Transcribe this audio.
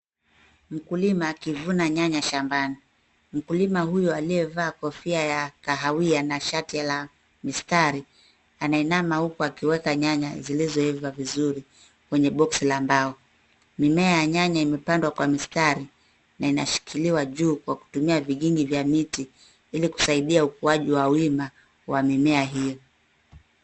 Mkulima akivuna nyanya shambani. Mkulima huyu aliyevaa kofia ya kahawia, na shati la mistari, anainama huku akiweka nyanya zilizoiva vizuri, kwenye boxi la mbao. Mimea ya nyanya imepandwa kwa mistari, na inashikiliwa juu kwa kutumia vigingi vya miti, ili kusaidia ukuaji wa wima, wa mimea hiyo.